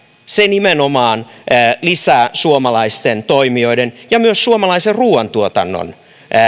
se nimenomaan lisää suomalaisten toimijoiden ja myös suomalaisen ruuantuotannon